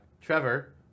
Trevor